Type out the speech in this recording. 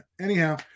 Anyhow